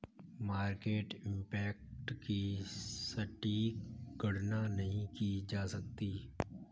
market impact की सटीक गणना नहीं की जा सकती